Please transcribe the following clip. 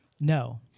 No